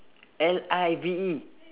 L I V E